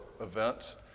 events